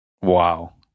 Wow